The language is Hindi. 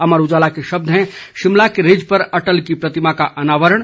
अमर उजाला के शब्द हैं शिमला के रिज पर अटल की प्रतिमा का अनावरण